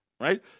right